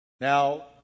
Now